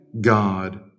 God